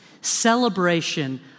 celebration